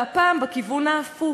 הפעם בכיוון ההפוך.